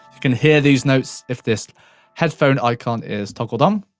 can hear these notes if this headphone icon is toggled on.